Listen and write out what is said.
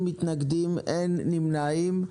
בעד פה אחד, אין מתנגדים, אין נמנעים.